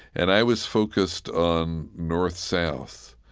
and i was focused on north south.